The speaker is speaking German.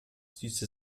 süße